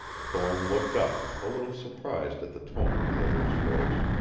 thorne looked up, a little surprised at the tone of the other's voice.